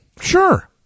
Sure